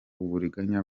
uburiganya